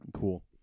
Cool